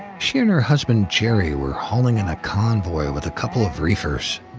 she and her husband jerry were hauling in a convoy with a couple of reefers,